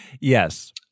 Yes